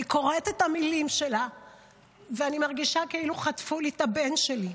אני קוראת את המילים שלה ואני מרגישה כאילו חטפו לי את הבן שלי.